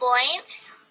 points